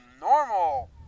normal